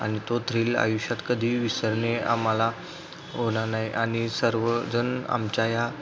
आणि तो थ्रिल आयुष्यात कधीही विसरणे आम्हाला होणार नाही आणि सर्वजण आमच्या या